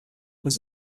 uns